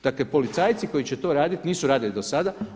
Dakle, policajci koji će to raditi nisu radili do sada.